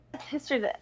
history